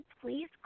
Please